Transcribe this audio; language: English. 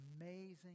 amazing